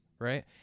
right